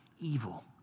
evil